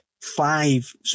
five